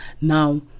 Now